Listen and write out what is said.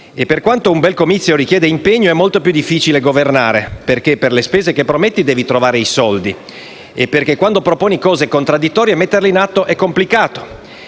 E per quanto un bel comizio richieda impegno, è molto più difficile governare, perché per le spese che prometti devi trovare i soldi e perché quando proponi cose contraddittorie metterle in atto è complicato.